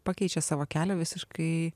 pakeičia savo kelią visiškai